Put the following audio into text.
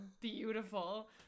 beautiful